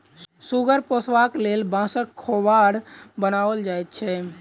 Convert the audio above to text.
सुगर पोसबाक लेल बाँसक खोभार बनाओल जाइत छै